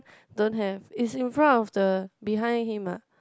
don't have is in front of the behind him ah